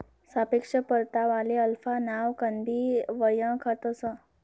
सापेक्ष परतावाले अल्फा नावकनबी वयखतंस